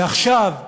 ועכשיו,